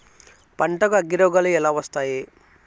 పంటకు అగ్గిరోగాలు ఎలా వస్తాయి?